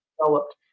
developed